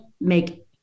Make